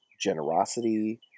generosity